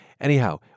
Anyhow